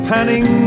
Panning